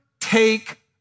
take